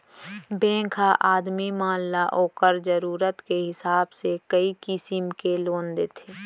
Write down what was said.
bank ह आदमी मन ल ओकर जरूरत के हिसाब से कई किसिम के लोन देथे